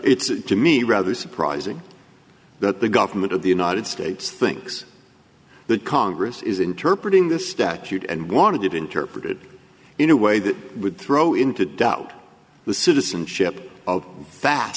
it's to me rather surprising that the government of the united states thinks that congress is interpret in this statute and wanted to interpret it in a way that would throw into doubt the citizenship of